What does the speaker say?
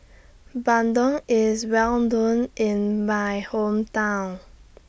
Bandung IS Well known in My Hometown